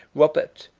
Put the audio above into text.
robert,